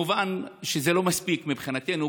מובן שזה לא מספיק מבחינתנו,